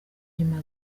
nyuma